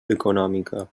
econòmica